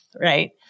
right